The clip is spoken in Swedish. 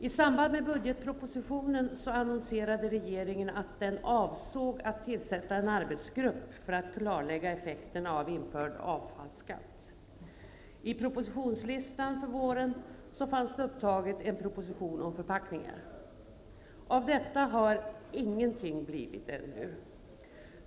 I samband med budgetpropositionen annonserade regeringen att den avsåg att tillsätta en arbetsgrupp för att klarlägga effekterna av en införd avfallsskatt. I propositionslistan för våren fanns en proposition om förpackningar med. Det har inte blivit något av detta ännu.